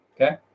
okay